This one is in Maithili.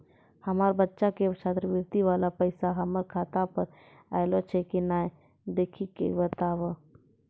हमार बच्चा के छात्रवृत्ति वाला पैसा हमर खाता पर आयल छै कि नैय देख के बताबू?